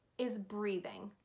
is breathing.